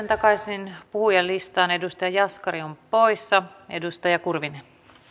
takaisin puhujalistaan edustaja jaskari on poissa edustaja kurvinen